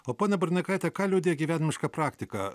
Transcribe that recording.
o ponia burneikaite ką liudija gyvenimiška praktika